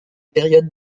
périodes